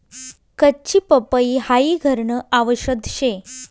कच्ची पपई हाई घरन आवषद शे